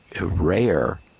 rare